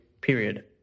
period